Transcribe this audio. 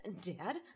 Dad